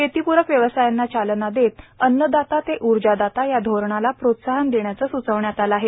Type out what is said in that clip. शेतीप्रक व्यवसायांना चालना देत अन्नदाता ते उर्जादाता या धोरणाला प्रोत्साहन देण्याचं स्चवण्यात आलं आहे